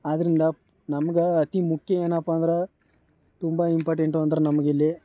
ಆದ್ದರಿಂದ ನಮ್ಗೆ ಅತಿ ಮುಖಯ ಏನಪ್ಪ ಅಂದ್ರೆ ತುಂಬ ಇಂಪಾರ್ಟೆಂಟು ಅಂದರೆ ನಮ್ಗೆ ಇಲ್ಲಿ